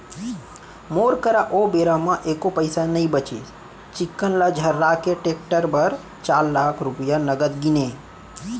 मोर करा ओ बेरा म एको पइसा नइ बचिस चिक्कन ल झर्रा के टेक्टर बर चार लाख रूपया नगद गिनें